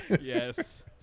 Yes